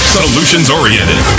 solutions-oriented